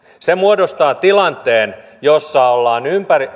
se muodostaa tilanteen jossa ollaan